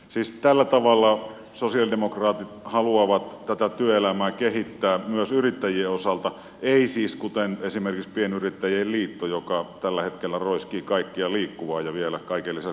siis tällä tavalla sosialidemokraatit haluavat tätä työelämää kehittää myös yrittäjien osalta ei siis kuten esimerkiksi pienyrittäjien liitto joka tällä hetkellä roiskii kaikkea liikkuvaa ja vielä kaiken lisäksi huonolla sihdillä